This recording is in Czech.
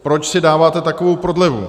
Proč si dáváte takovou prodlevu?